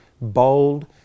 bold